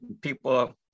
people